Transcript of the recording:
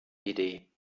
idee